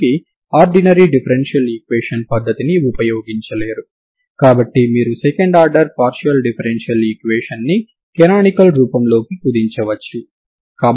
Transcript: ఈ సరిహద్దు విలువలు కలిగిన సమస్యల కోసం మనం ఇప్పటి వరకు చేసినదంతా ఆ విధానం ద్వారా కూడా చేయవచ్చు మరియు ఈ రెండు సాధారణ సరిహద్దు షరతులు కూడా అదే విధంగా పనిచేయవచ్చు సరేనా